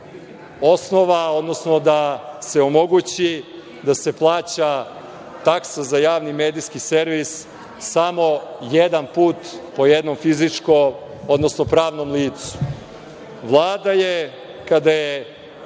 osnova, odnosno da se omogući da se plaća taksa za javni medijski servis samo jedan put po jednom fizičkom, odnosno pravnom licu. Vlada je kada je